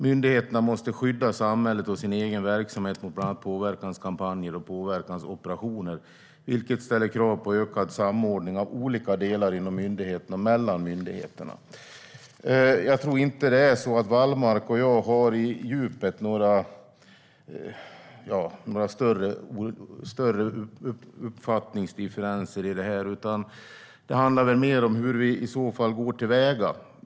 Myndigheterna måste skydda samhället och sin egen verksamhet mot bland annat påverkanskampanjer och påverkansoperationer, vilket ställer krav på ökad samordning av olika delar inom myndigheterna och mellan myndigheterna. Jag tror inte att Wallmark och jag i djupet har några större uppfattningsdifferenser i det här. Det handlar väl mer om hur vi i så fall går till väga.